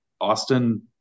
Austin